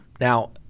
Now